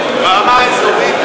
ברמה האזורית,